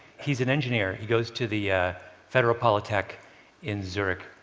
he's an engineer. he goes to the federal polytech in zurich.